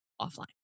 offline